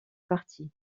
parti